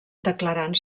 declarant